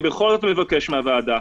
אני בכל זאת מבקש מהוועדה,